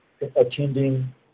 attending